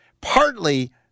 Partly